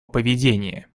поведения